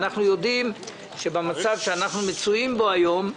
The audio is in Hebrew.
אנו יודעים שבמצב שבו אנו מצויים היום,